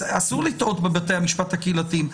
אסור לטעות בבתי המשפט הקהילתיים.